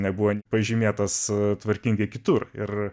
nebuvo pažymėtas tvarkingai kitur ir